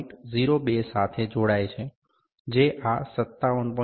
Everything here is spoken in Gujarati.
02 સાથે જોડાય છે જે આ 57